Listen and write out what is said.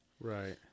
Right